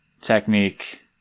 technique